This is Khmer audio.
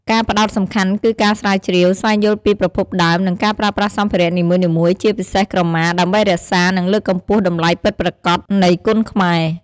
ការផ្តោតសំខាន់គឺការស្រាវជ្រាវ ស្វែងយល់ពីប្រភពដើម និងការប្រើប្រាស់សម្ភារៈនីមួយៗ ជាពិសេសក្រមា ដើម្បីរក្សា និងលើកកម្ពស់តម្លៃពិតប្រាកដនៃគុនខ្មែរ។